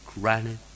granite